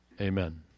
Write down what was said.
Amen